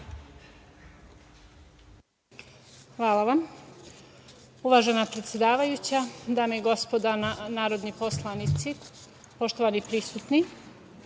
Hvala vam. Uvažena predsedavajuća, dame i gospodo narodni poslanici, poštovani prisutni,